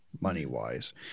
money-wise